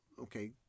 okay